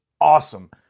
awesome